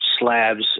slabs